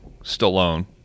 Stallone